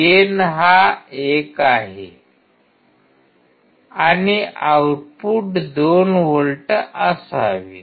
gain 1 आहे आणि output 2 volt असावे